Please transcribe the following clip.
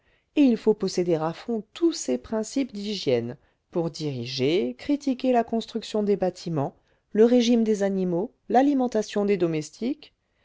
et il faut posséder à fond tous ses principes d'hygiène pour diriger critiquer la construction des bâtiments le régime des animaux l'alimentation des domestiques